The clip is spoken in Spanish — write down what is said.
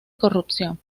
corrupción